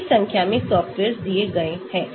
बड़ी संख्या में सॉफ्टवेयर्स दिए गए हैं